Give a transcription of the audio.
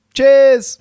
Cheers